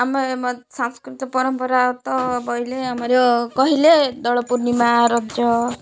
ଆମେ ସାଂସ୍କୃତିକ ପରମ୍ପରା ତ ବୋଇଲେ ଆମର କହିଲେ ଦୋଳ ପୂର୍ଣ୍ଣିମା ରଜ